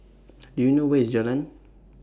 Do YOU know Where IS Jalan